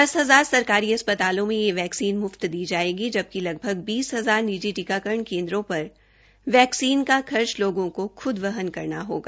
दस हजार सरकारी अस्पतालों में यह वैक्सीन म्फ्त दी जायेगी जबकि लगभग बीस हजार निजी टीकाकरण केन्द्रों पर वैक्सीन का खर्च लोगों को खूद वहन करना होगा